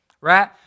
Right